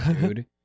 dude